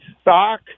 stock